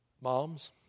Moms